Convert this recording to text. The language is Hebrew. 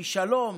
משלום,